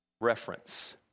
reference